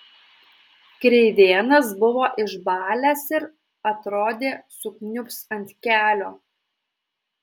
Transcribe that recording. kreivėnas buvo išbalęs ir atrodė sukniubs ant kelio